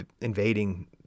invading